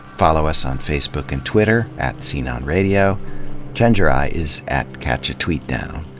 follow us on facebook and twitter, at sceneonradio. chenjerai is at catchatweetdown.